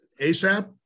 ASAP